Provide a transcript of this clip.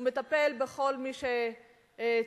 הוא מטפל בכל מי שצריך,